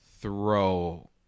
Throw